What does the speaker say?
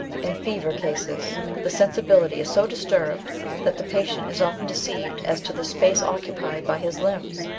in fever cases the sensibility is so disturbed that the patient is often deceived as to the space occupied by his limbs,